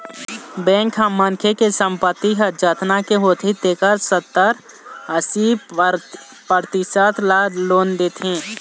bank ह मनखे के संपत्ति ह जतना के होथे तेखर सत्तर, अस्सी परतिसत ल लोन देथे